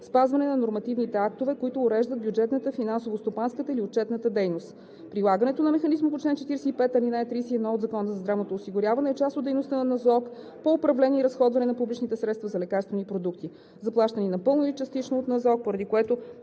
спазването на нормативните актове, които уреждат бюджетната, финансово-стопанската или отчетната дейност. Прилагането на механизма по чл. 45, ал. 31 от Закона за здравното осигуряване е част от дейността на НЗОК по управление и разходване на публичните средства за лекарствени продукти, заплащани напълно или частично от НЗОК, поради което